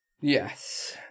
Yes